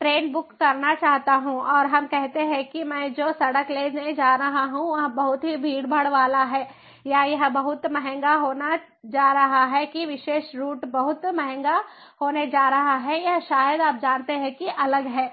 train book करना चाहता हूं और हम कहते हैं कि मैं जो सड़क लेने जा रहा हूं वह बहुत भीड़भाड़ वाला है या यह बहुत महंगा होने जा रहा है कि विशेष रूट बहुत महंगा होने जा रहा है या शायद आप जानते हैं कि अलग हैं